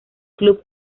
club